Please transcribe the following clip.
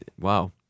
Wow